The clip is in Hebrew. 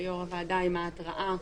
עם ההתרעה.